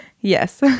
yes